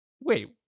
Wait